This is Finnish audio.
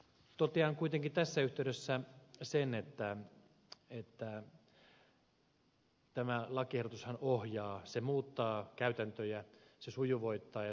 totean kuitenkin tässä yhteydessä sen että tämä lakiehdotushan ohjaa se muuttaa käytäntöjä se sujuvoittaa ja selventää